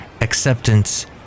acceptance